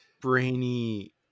brainy